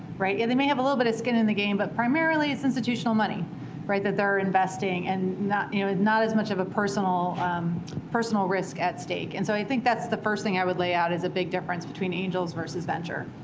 right? yeah, they may have a little bit of skin in the game, but primarily, it's institutional money that they're investing and not you know not as much of a personal personal risk at stake. and so i think that's the first thing i would lay out as a big difference between angels versus venture.